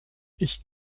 ich